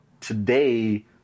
today